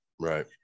right